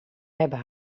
hebben